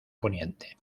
poniente